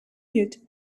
yet